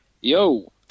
Yo